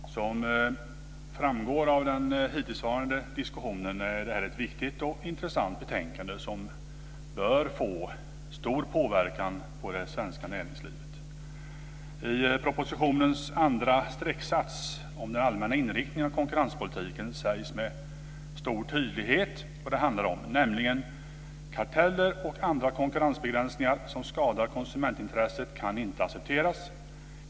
Herr talman! Som framgår av den hittillsvarande diskussionen är detta ett viktigt och intressant betänkande som bör få stor påverkan på det svenska näringslivet. I propositionens andra strecksats om den allmänna inriktningen av konkurrenspolitiken sägs med stor tydlighet vad det handlar om: Karteller och andra konkurrensbegränsningar som skadar konsumentintresset kan inte accepteras.